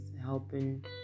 Helping